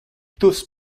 tous